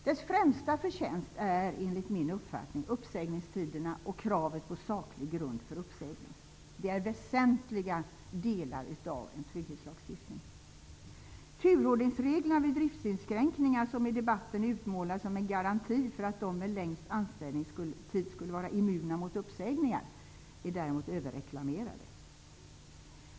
Dess främsta förtjänst är, enligt min uppfattning, uppsägningstiderna och kravet på saklig grund för uppsägning. De är väsentliga delar av en trygghetslagstiftning. Turordningsreglerna vid driftsinskränkningar, som i debatten utmålats som en garanti för att de med längst anställningstid skulle vara immuna mot uppsägningar, är däremot överreklamerade.